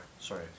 Sorry